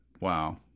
Wow